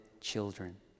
children